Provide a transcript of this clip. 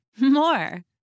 more